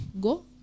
go